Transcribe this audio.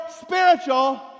spiritual